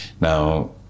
Now